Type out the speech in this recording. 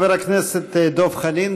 חבר הכנסת דב חנין,